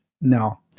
no